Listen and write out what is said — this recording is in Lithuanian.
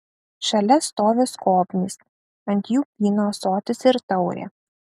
šalia stovi skobnys ant jų vyno ąsotis ir taurė